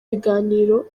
biganiro